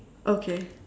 okay